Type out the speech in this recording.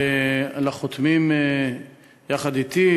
לחותמים יחד אתי,